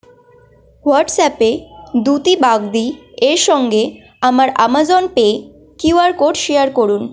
হোয়াটসঅ্যাপে দ্যুতি বাগদি এর সঙ্গে আমার Amazon Pay QR code share করুন